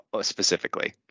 specifically